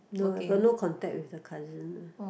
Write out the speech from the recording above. no I got no contact with the cousin